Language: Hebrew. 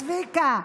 צביקה,